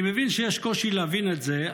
אני מבין שיש קושי להבין את זה,